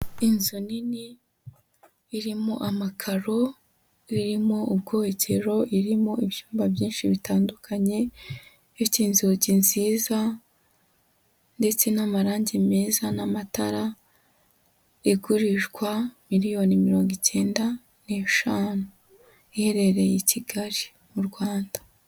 Inzu nini, irimo amakaro, irimo ubwogero, irimo ibyumba byinshi bitandukanye, ifite inzugi nziza ndetse n'amarangi meza n'amatara, igurishwa miliyoni mirongo icyenda n'eshanu, iherereye i Kigali, mu Rwanda.